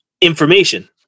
Information